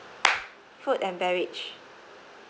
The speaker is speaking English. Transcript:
food and beverage